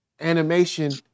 animation